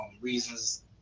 reasons